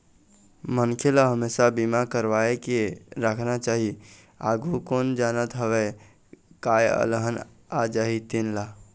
मनखे ल हमेसा बीमा करवा के राखना चाही, आघु कोन जानत हवय काय अलहन आ जाही तेन ला